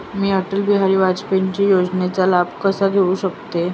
मी अटल बिहारी वाजपेयी योजनेचा लाभ कसा घेऊ शकते?